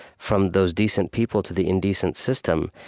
from those decent people to the indecent system,